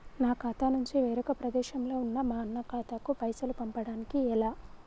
నా ఖాతా నుంచి వేరొక ప్రదేశంలో ఉన్న మా అన్న ఖాతాకు పైసలు పంపడానికి ఎలా?